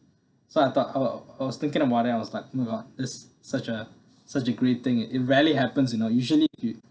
so I thought I was I was thinking about it I was like !wah! is such a such a great thing it it rarely happens you know usually you